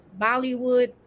Bollywood